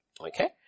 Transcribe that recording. Okay